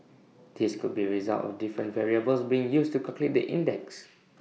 this could be A result of different variables being used to calculate the index